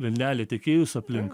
vilnelė tiekėjus aplink